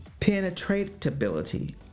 penetratability